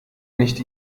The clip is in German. nicht